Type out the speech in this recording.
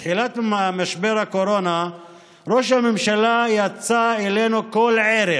בתחילת משבר הקורונה ראש הממשלה יצא אלינו כל ערב